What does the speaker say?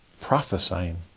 prophesying